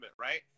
right